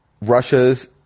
Russia's